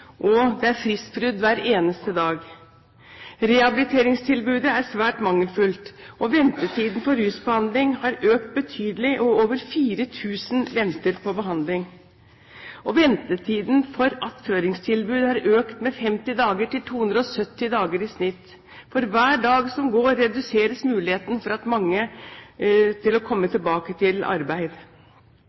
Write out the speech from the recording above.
og det er fristbrudd hver eneste dag. Rehabiliteringstilbudet er svært mangelfullt, og ventetiden for rusbehandling har økt betydelig; over 4 000 venter på behandling. Og ventetiden for attføringstilbudet har økt med 50 dager til 270 dager i snitt. For hver dag som går, reduseres muligheten for mange til å komme tilbake til arbeid.